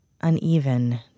uneven